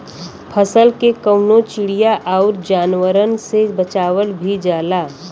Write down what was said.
फसल के कउनो चिड़िया आउर जानवरन से बचावल भी जाला